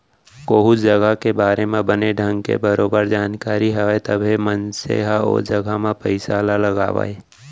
कोहूँ जघा के बारे म बने ढंग के बरोबर जानकारी हवय तभे मनसे ह ओ जघा म पइसा ल लगावय